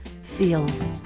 feels